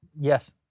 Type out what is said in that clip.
Yes